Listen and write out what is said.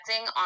on